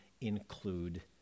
include